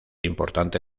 importante